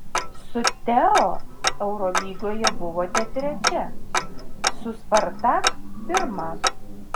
su teo eurolygoje buvote trečia su spartak pirma